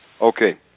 Okay